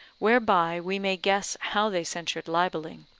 whereby we may guess how they censured libelling.